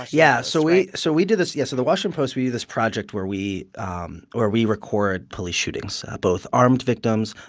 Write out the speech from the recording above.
yeah. so we so we did this yeah. so the washington post we do this project where we um where we record police shootings, both armed victims,